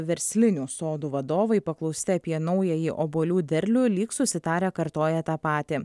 verslinių sodų vadovai paklausti apie naująjį obuolių derlių lyg susitarę kartoja tą patį